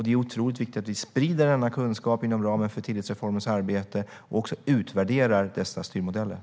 Det är otroligt viktigt att vi sprider denna kunskap inom ramen för tillitsreformens arbete och att vi också utvärderar dessa styrmodeller.